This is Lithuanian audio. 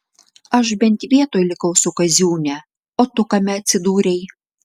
aš bent vietoj likau su kaziūne o tu kame atsidūrei